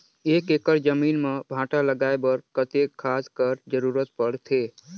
एक एकड़ जमीन म भांटा लगाय बर कतेक खाद कर जरूरत पड़थे?